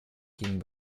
ging